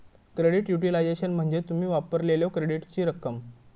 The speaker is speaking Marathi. क्रेडिट युटिलायझेशन म्हणजे तुम्ही वापरलेल्यो क्रेडिटची रक्कम